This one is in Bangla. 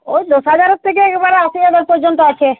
ওই দশ হাজারের থেকে একবারে আশি হাজার পর্যন্ত আছে